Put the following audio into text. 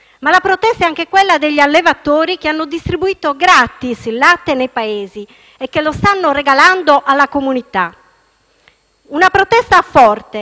La protesta, però, è anche quella degli allevatori, che hanno distribuito gratis il latte nei paesi e che lo stanno regalando alla comunità. Si tratta di